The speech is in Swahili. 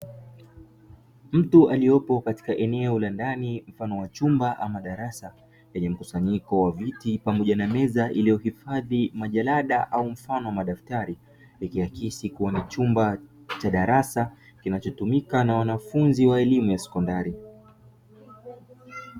Mtu aliopo katika eneo la ndani, mfano wa chumba ama darasa lenye mkusanyiko wa viti pamoja na meza iliyohifadhi majalada au mfano wa madaftari, likiakisi kuwa ni chumba cha darasa kinachotumika na wanafunzi wa elimu ya sekondari.